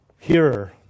Hearer